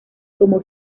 cómo